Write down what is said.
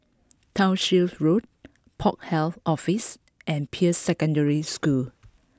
Townshend Road Port Health Office and Peirce Secondary School